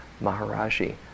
Maharaji